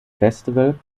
festival